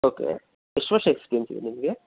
okay ಎಷ್ಟು ವರ್ಷ ಎಕ್ಸ್ಪೀರಿಯನ್ಸಿದೆ ನಿಮಗೆ